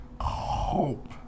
Hope